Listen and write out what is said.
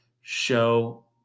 show